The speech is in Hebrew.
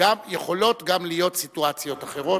להיות גם סיטואציות אחרות.